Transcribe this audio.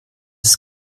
ist